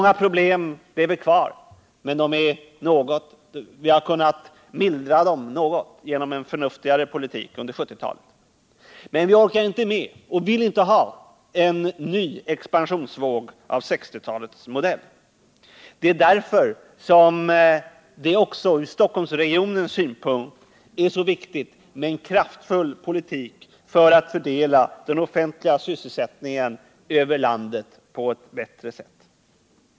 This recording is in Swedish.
Många problem lever kvar, men vi har kunnat mildra dem något genom en förnuftigare politik under 1970-talet. Vi orkar emellertid inte med och vi vill inte ha en ny expansionsvåg av 1960-talets modell. Det är därför som det också från Stockholmsregionens synpunkt är så viktigt med en kraftfull politik för att bättre fördela den offentliga sysselsättningen över landet.